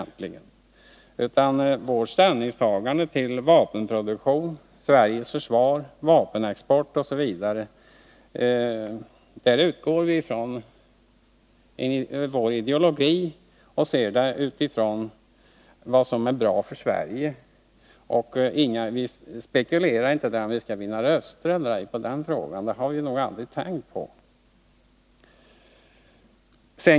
När det gäller vårt ställningstagande till vapenproduktion, Sveriges försvar, vapenexport osv. utgår vi från vår idiologi och ser det hela utifrån vad som är bra för Sverige. Vi spekulerar inte i om vi skall vinna röster eller ej på den frågan — det har vi nog aldrig tänkt på.